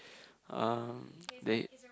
um late